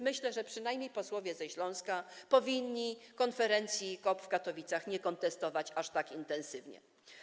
Myślę, że przynajmniej posłowie ze Śląska powinni konferencji COP w Katowicach nie kontestować aż tak intensywnie.